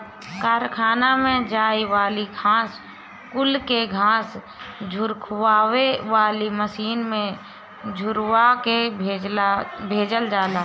कारखाना में जाए वाली घास कुल के घास झुरवावे वाली मशीन से झुरवा के भेजल जाला